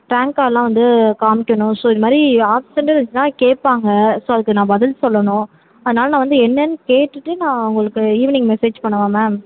rank கார்ட்லாம் வந்து காமிக்கணும் ஸோ இது மாதிரி ஆப்சன்டுன்னு இருந்துச்சுன்னா கேட்பாங்க ஸோ அதுக்கு நான் பதில் சொல்லணும் அதனால் நான் வந்து என்னென்னு கேட்டுவிட்டு நான் உங்களுக்கு ஈவினிங் மெசேஜ் பண்ணவா மேம்